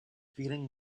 feeling